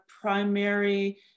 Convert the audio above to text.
primary